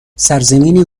سرزمینی